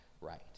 right